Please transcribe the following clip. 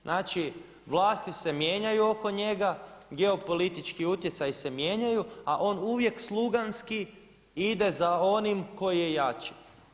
Znači vlasti se mijenjaju oko njega, geopolitički utjecaj se mijenja a on uvijek sluganski ide za onim koji je jači.